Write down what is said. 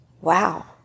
wow